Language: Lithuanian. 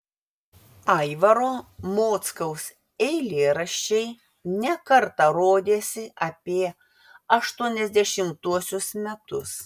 aivaro mockaus eilėraščiai ne kartą rodėsi apie aštuoniasdešimtuosius metus